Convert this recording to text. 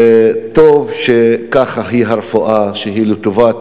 וטוב שככה היא הרפואה, שהיא לטובת